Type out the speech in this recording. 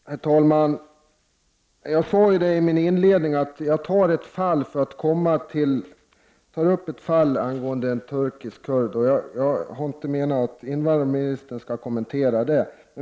Herr talman! Jag sade i min inledning att jag skulle ta upp ett fall angående en turkisk kurd, men jag menade inte att invandrarministern skulle kommentera det.